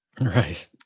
right